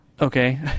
Okay